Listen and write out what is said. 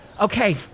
Okay